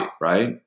right